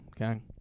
Okay